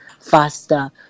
faster